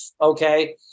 okay